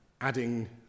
adding